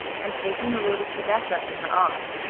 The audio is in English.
and taking the little fidessa in her arms,